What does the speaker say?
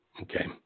Okay